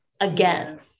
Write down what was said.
again